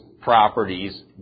properties